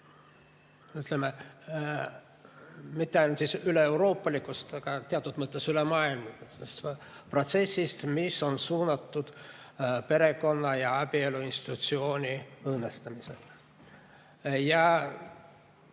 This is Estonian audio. ütleme, mitte ainult üleeuroopalisest, vaid teatud mõttes ülemaailmsest protsessist, mis on suunatud perekonna ja abielu institutsiooni õõnestamisele. Ja